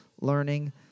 learning